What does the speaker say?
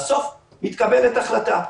בסוף מתקבלת החלטה.